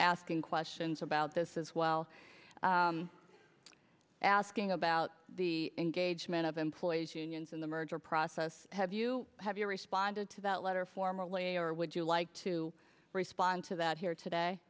asking questions about this as well asking about the engagement of employees unions in the merger process have you have you responded to that letter formally or would you like to respond to that here today